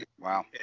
wow